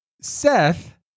Seth